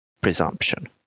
presumption